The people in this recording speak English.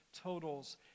totals